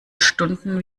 stunden